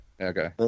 Okay